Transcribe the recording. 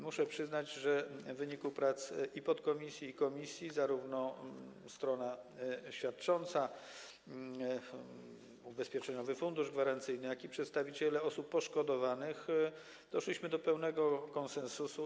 Muszę przyznać, że w wyniku prac podkomisji i komisji wszyscy, tj. zarówno strona świadcząca, Ubezpieczeniowy Fundusz Gwarancyjny, jak również przedstawiciele osób poszkodowanych, doszliśmy do pełnego konsensusu.